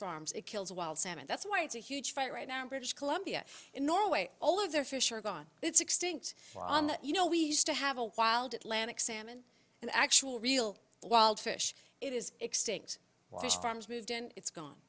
farms it kills wild salmon that's why it's a huge fight right now colombia in norway all of their fish are gone it's extinct so on you know we used to have a wild atlantic salmon and actually real wild fish it is extinct fish farms moved in it's gone